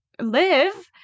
live